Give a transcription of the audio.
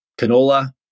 canola